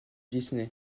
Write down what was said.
disney